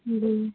جی